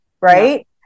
Right